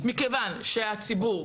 מכיוון שהציבור,